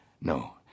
No